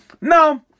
no